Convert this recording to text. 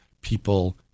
people